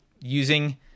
using